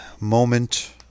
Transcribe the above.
moment